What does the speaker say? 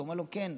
הוא אמר לו: כן.